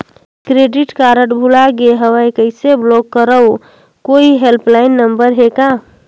Credit card भुला गे हववं कइसे ब्लाक करव? कोई हेल्पलाइन नंबर हे का?